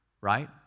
right